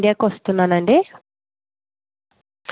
okay ఏమి పేరండి